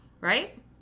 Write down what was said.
right